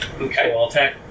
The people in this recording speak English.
Okay